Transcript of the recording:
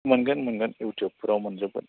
मोनगोन मोनगोन इयुटुबफोराव मोनजोबगोन